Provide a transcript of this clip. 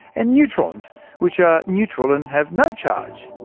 and neutrons which are neutral and have no charge.